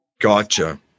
Gotcha